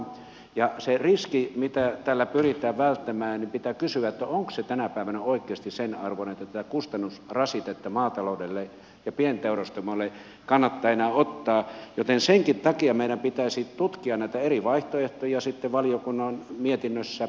mitä tulee siihen riskiin mitä tällä pyritään välttämään niin pitää kysyä onko se tänä päivänä oikeasti sen arvoinen että tätä kustannusrasitetta maataloudelle ja pienteurastamoille kannattaa enää ottaa joten senkin takia meidän pitäisi tutkia näitä eri vaihtoehtoja sitten valiokunnan mietinnössä